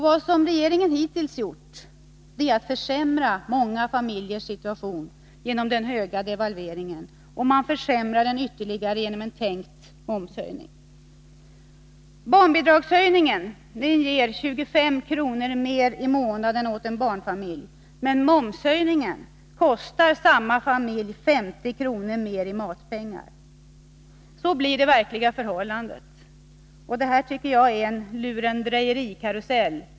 Vad regeringen hittills gjort är att försämra många familjers situation genom den stora devalveringen. Man försämrar den ytterligare genom en tänkt momshöjning. Barnbidragshöjningen ger 25 kr. mer i månaden åt en barnfamilj, men momshöjningen kostar samma familj 50 kr. mer i matpengar. Så blir det verkliga förhållandet. Det tycker jag är en lurendrejerikarusell.